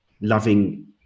loving